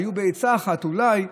היו בעצה אחת אולי,